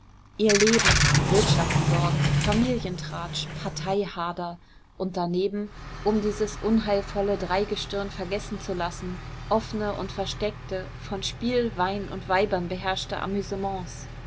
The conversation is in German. ihr leben wirtschaftssorgen familientratsch parteihader und daneben um dieses unheilvolle dreigestirn vergessen zu lassen offene und versteckte von spiel wein und weibern beherrschte amüsements